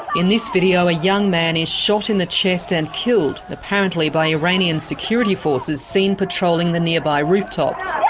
in this video a young man is shot in the chest and killed, apparently by iranians security forces seen patrolling the nearby rooftops.